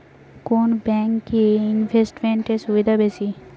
কোন ব্যাংক এ ইনভেস্টমেন্ট এর সুবিধা বেশি?